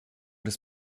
des